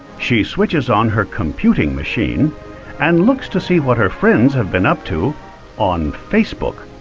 she switches on her computing machine and looks to see what her friends have been up to on facebook,